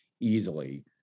easily